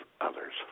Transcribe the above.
others